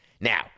Now